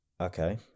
okay